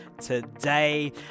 today